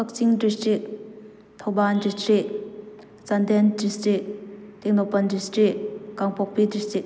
Kakching district Thoubal district Chandel district Tengnoupal district Kangpokpi district